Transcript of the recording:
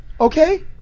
okay